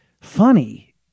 funny